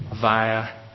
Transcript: via